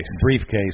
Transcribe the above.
Briefcase